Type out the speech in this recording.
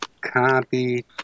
Copy